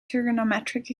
trigonometric